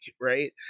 right